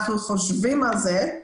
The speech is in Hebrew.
אנחנו חושבים על זה,